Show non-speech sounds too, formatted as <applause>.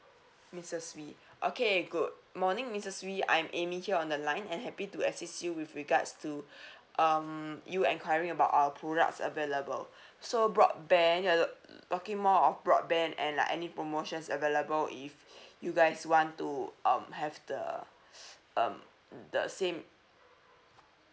missus wee okay good morning missus wee I'm amy here on the line and happy to assist you with regards to <breath> um you enquiring about our products available <breath> so broadband you're talking more of broadband and like any promotions available if you guys want to um have the um the same